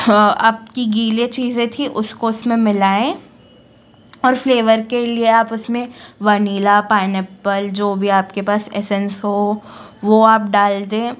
हाँ आपकी गीले चीज़े थी उसको उस में मिलाएँ और फ्लेवर के लिए आप उस में वनिला पाइनऐप्पल जो भी आप के पास एसेंस हो वो आप डाल दें